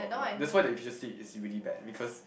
that's why the efficiency is really bad because